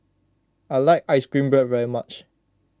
I like Ice Cream Bread very much